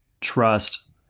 trust